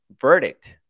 verdict